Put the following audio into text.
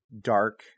dark